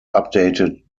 updated